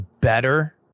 better